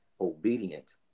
obedient